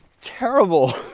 terrible